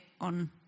on